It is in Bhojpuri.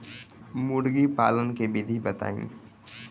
मुर्गी पालन के विधि बताई?